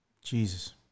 Jesus